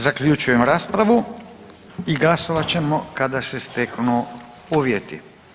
Zaključujem raspravu i glasovat ćemo kada se steknu uvjeti.